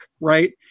Right